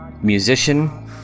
musician